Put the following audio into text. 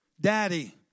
Daddy